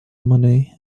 money